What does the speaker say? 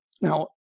now